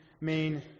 main